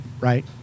right